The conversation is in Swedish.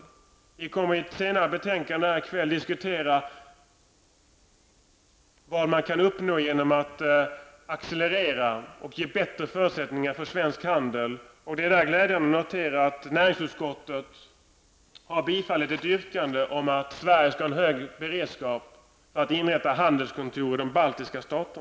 Senare i kväll kommer vi i samband med behandlingen av ett annat betänkande diskutera vad man kan uppnå genom att accelerera och ge bättre förutsättningar för svensk handel. Det är glädjande att notera att näringsutskottet har biträtt ett yrkande om att Sverige skall ha en hög beredskap för att inrätta handelskontor i de baltiska staterna.